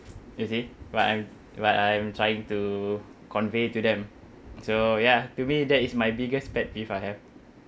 you see but I'm but I'm trying to convey to them so ya to me that is my biggest pet peeve I have